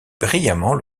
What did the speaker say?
brillamment